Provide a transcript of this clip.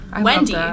Wendy